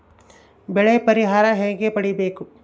ಬೆಳೆ ಪರಿಹಾರ ಹೇಗೆ ಪಡಿಬೇಕು?